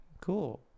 Cool